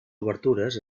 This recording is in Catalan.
obertures